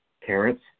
parents